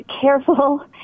careful